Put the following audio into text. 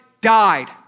died